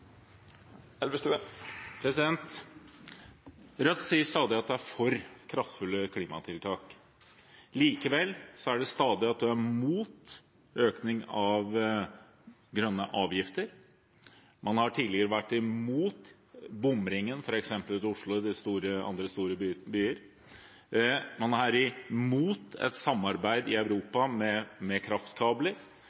for kraftfulle klimatiltak. Likevel er de stadig imot økning av grønne avgifter. Man har tidligere vært imot bomringen, f.eks. i Oslo eller andre store byer, man er imot et samarbeid i